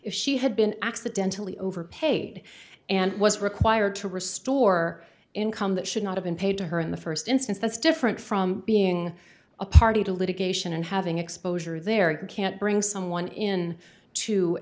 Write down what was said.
if she had been accidentally overpaid and was required to restore income that should not have been paid to her in the first instance that's different from being a party to litigation and having exposure there you can't bring someone in to